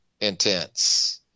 intense